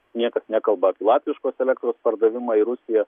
niekas nekalba apie latviškos elektros pardavimą į rusiją